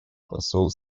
посол